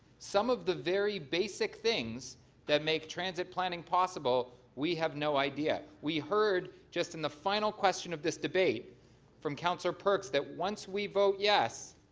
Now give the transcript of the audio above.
some of the very basic things that make transit planning possible we have no idea. we heard just in the final question of this debate from councilor perks that once we vote yes,